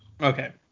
Okay